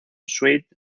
sweet